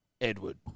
Edward